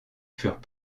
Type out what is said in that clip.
furent